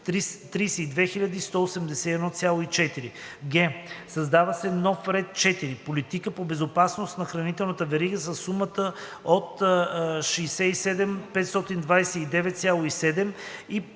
32 181,4“; г) създава се нов ред 4 „Политика по безопасност по хранителната верига“ със сума от 67529,7